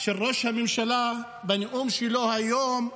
של ראש הממשלה בנאום שלו היום,